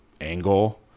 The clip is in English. angle